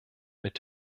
mit